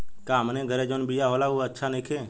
का हमनी के घरे जवन बिया होला उ अच्छा नईखे?